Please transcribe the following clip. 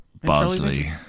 Bosley